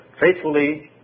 faithfully